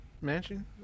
mansion